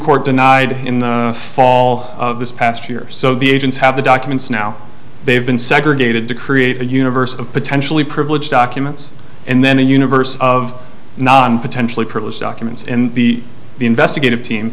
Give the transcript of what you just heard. court denied in the fall of this past year or so the agents have the documents now they've been segregated to create a universe of potentially privileged documents and then a universe of non potentially privileged documents and the the investigative team